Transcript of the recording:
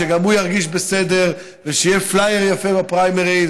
שגם הוא ירגיש בסדר ושיהיה פלאייר יפה בפריימריז